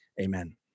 Amen